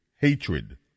hatred